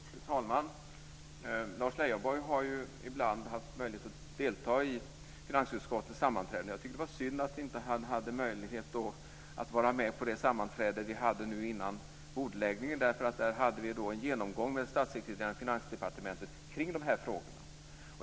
Fru talman! Lars Leijonborg har ju ibland haft möjlighet att delta i finansutskottets sammanträden. Jag tycker att det var synd att han inte hade möjlighet att vara med på det sammanträde vi hade nu innan bordläggningen. Där hade vi en genomgång med statssekreteraren i Finansdepartementet kring de här frågorna.